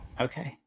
Okay